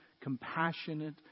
compassionate